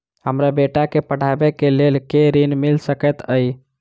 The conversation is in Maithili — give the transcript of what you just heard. हमरा बेटा केँ पढ़ाबै केँ लेल केँ ऋण मिल सकैत अई?